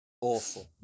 awful